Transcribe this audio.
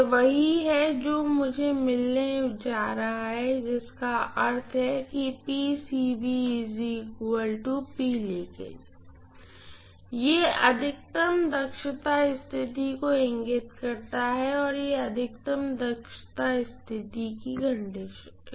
यह वही है जो मुझे मिलने जा रहा है जिसका अर्थ है जब तब यह अधिकतम दक्षता स्थिति को इंगित करता है और यह अधिकतम दक्षता के लिए स्थिति है